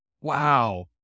Wow